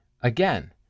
Again